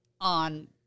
on